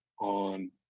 on